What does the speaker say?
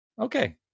Okay